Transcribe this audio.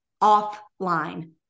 offline